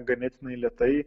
ganėtinai lėtai